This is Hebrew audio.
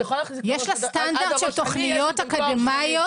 יש לה סטנדרט של תוכניות אקדמאיות